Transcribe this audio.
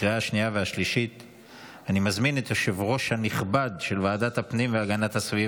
אושרה בקריאה ראשונה ותעבור לדיון בוועדת החוקה,